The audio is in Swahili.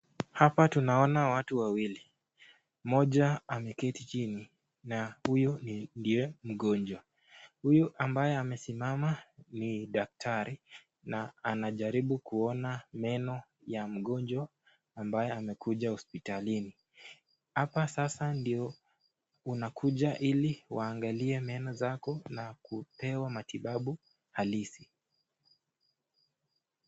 Hapa tunaona watu wawili, mmoja ameketi chini na huyu ndiye mgonjwa, huyu ambaye amesimama ni daktari na anajaribu kuona meno ya mgonjwa ambaye amekuja hospitalini, hapa sasa ndio unakuja hili waangalie meno zako na kupewa matibabu halisi.